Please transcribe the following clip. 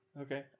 okay